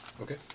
Okay